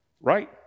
Right